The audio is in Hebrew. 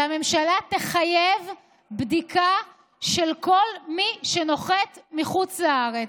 שהממשלה תחייב בדיקה של כל מי שנוחת מחוץ לארץ.